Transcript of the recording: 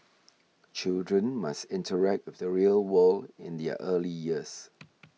children must interact with the real world in their early years